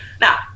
Now